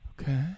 Okay